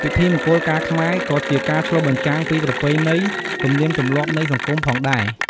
ពិធីមង្គលការខ្មែរក៏ជាការឆ្លុះបញ្ចាំងពី ប្រពៃណី ទំនៀមទំម្លាប់នៃសង្គម ផងដែរ។